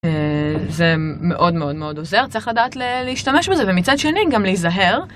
זה מאוד מאוד מאוד עוזר צריך לדעת להשתמש בזה ומצד שני גם להיזהר.